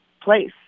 place